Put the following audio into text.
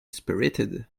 spirited